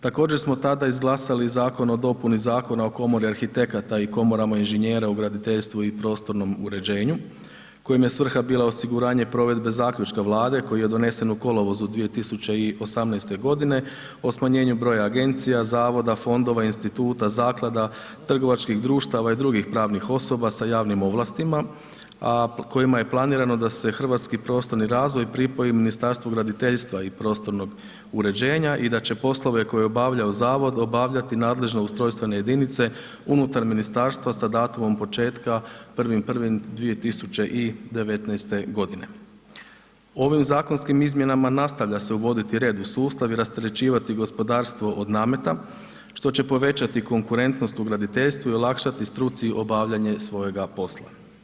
Također smo tada izglasali Zakon o dopuni Zakona o komori arhitekata i komorama inženjera u graditeljstvu i prostornom uređenju kojim je svrha bila osiguranje provedbe zaključka Vlade koji je donesen u kolovozu 2018. g. o smanjenu broja agencija, zavoda, fondova, instituta, trgovačkih društava i drugih pravnih osoba sa javnim ovlastima a kojima je planiramo da se hrvatski prostorni razvoj pripoji Ministarstvu graditeljstva i prostornog uređenja i da će poslove koje obavljaju zavod, obavljati nadležno ustrojstvene jedinice unutar ministarstva sa datumom početka 1.1.2019. g. Ovim zakonskim izmjenama nastavlja se uvoditi red u sustav i rasterećivati gospodarstvo od nameta što će povećati konkurentnost u graditeljstvu i olakšati struci obavljanje svojega posla.